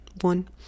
one